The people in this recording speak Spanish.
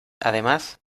además